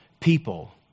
people